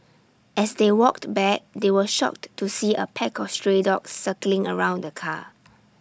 as they walked back they were shocked to see A pack of stray dogs circling around the car